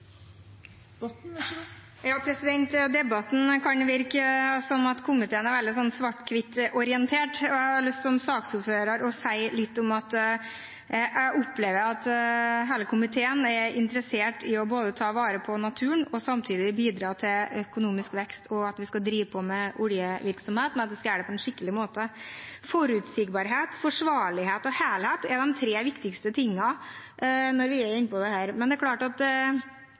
veldig svart-hvitt-orientert. Som saksordfører har jeg lyst til å si at jeg opplever at hele komiteen er interessert i både å ta vare på naturen og samtidig bidra til økonomisk vekst, og at vi skal drive med oljevirksomhet, men gjøre det på en skikkelig måte. Forutsigbarhet, forsvarlighet og helhet er de tre viktigste sidene ved dette, men det er jo klart at man her kan dra ting akkurat til den siden man vil. Jeg kan i hvert fall si at